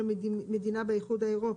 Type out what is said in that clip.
יהיה מדינה באיחוד האירופי,